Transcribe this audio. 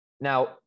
Now